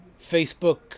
Facebook